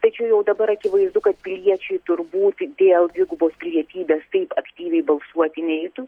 tačiau jau dabar akivaizdu kad piliečiai turbūt dėl dvigubos pilietybės taip aktyviai balsuoti neitų